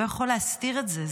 לא יכול להסתיר את זה,